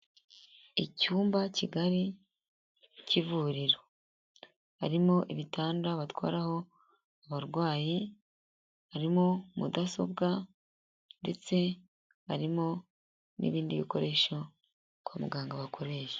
Icyumba kigari cy'ivuriro harimo ibitanda batwararaho abarwayi, harimo mudasobwa ndetse harimo n'ibindi bikoresho kwa muganga bakoresha.